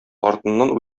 артыннан